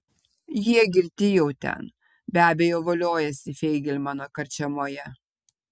jie girti jau ten be abejo voliojasi feigelmano karčiamoje